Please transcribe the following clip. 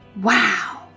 wow